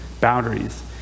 boundaries